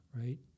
right